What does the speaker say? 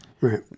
Right